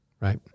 right